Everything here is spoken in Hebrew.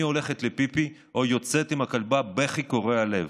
אני הולכת לפיפי או יוצאת עם הכלבה, בכי קורע לב.